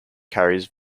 carries